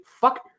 Fuck